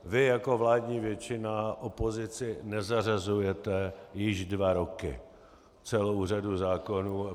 Vy jako vládní většina opozici nezařazujete již dva roky celou řadu zákonů.